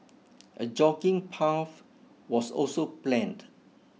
a jogging path was also planned